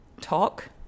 talk